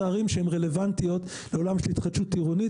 שהן רלוונטיות לעולם של התחדשות עירונית